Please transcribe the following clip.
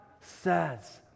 says